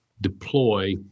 deploy